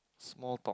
small talk